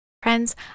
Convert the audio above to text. Friends